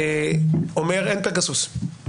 אומר שאין פגסוס.